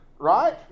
Right